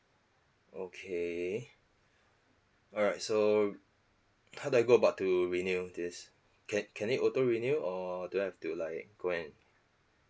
okay alright so how do I go about to renew this can can it auto renew or do I have to like go and